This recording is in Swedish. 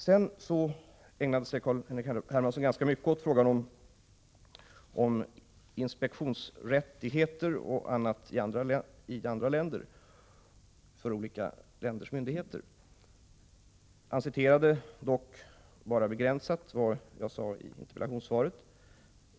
Carl-Henrik Hermansson ägnade sig ganska mycket åt frågan om inspektionsrättigheter och annat för myndigheterna i andra länder. Han citerade bara en del av vad jag sade i interpellationssvaret.